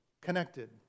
connected